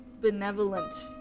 benevolent